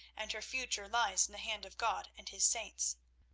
and her future lies in the hand of god and his saints,